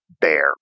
bear